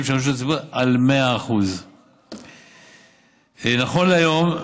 של רשות ציבורית על 100%. נכון להיום,